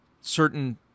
certain